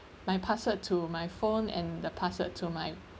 my password to my phone and the password to my